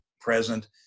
present